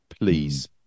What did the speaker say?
please